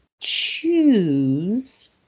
choose